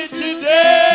today